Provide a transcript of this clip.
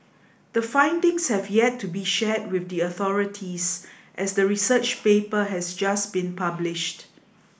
the findings have yet to be shared with the authorities as the research paper has just been published